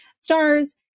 stars